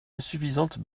insuffisante